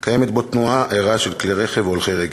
יש בו תנועה ערה של כלי רכב והולכי רגל,